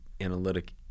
analytic